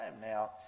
now